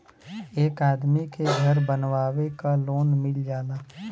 एक आदमी के घर बनवावे क लोन मिल जाला